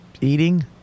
eating